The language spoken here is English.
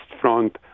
front